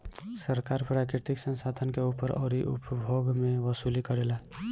सरकार प्राकृतिक संसाधन के ऊपर अउरी उपभोग मे वसूली करेला